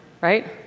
right